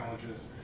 challenges